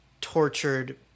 tortured